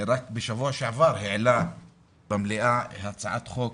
רק בשבוע שעבר העלה במליאה הצעת חוק